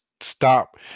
stop